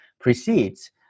precedes